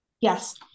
yes